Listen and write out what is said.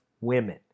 women